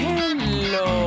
Hello